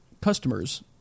customers